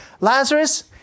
Lazarus